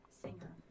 singer